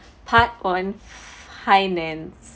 part one finance